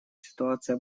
ситуация